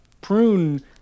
prune